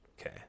Okay